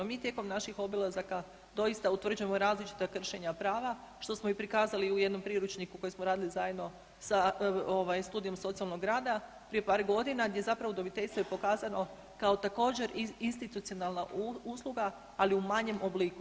Mi tijekom naših obilazaka doista utvrđujemo različita kršenja prava, što smo i prikazali u jednom priručniku koji smo radili zajedno sa Studijem socijalnog rada prije par godina gdje zapravo udomiteljstvo je pokazano kao također, institucionalna usluga, ali u manjem obliku.